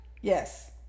Yes